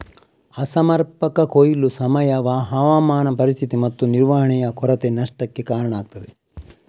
ಅಸಮರ್ಪಕ ಕೊಯ್ಲು, ಸಮಯ, ಹವಾಮಾನ ಪರಿಸ್ಥಿತಿ ಮತ್ತು ನಿರ್ವಹಣೆಯ ಕೊರತೆ ನಷ್ಟಕ್ಕೆ ಕಾರಣ ಆಗ್ತದೆ